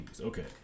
Okay